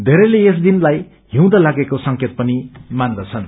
बेरैले यस दिनलाई उँद लागेको संकेत पनि मान्दछन्